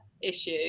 issue